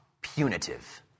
punitive